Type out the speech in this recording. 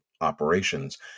operations